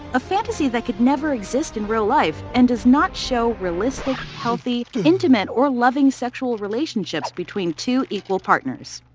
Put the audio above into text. a fantasy that could never exist in real life and does not show realistic, healthy, intimate, or loving sexual relationships between two equal partners.